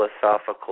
philosophical